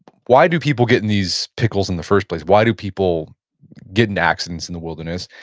why do people get in these pickles in the first place? why do people get in accidents in the wilderness?